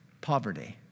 Poverty